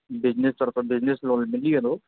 business purpose business loan त मिली वेंदो